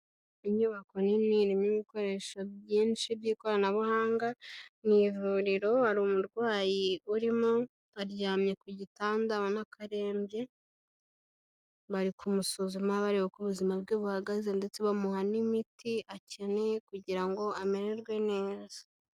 Inyubako nini irimo ibikoresho byinshi by'ikoranabuhanga, mu ivuriro hari umurwayi urimo aryamye ku gitanda ubona ko arembye, bari kumusuzuma bareba uko ubuzima bwe buhagaze ndetse bamuha n'imiti akeneye kugira ngo amererwe neza.